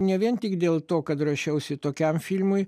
ne vien tik dėl to kad ruošiausi tokiam filmui